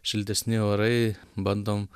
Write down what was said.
šiltesni orai bandom